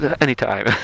anytime